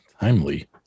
Timely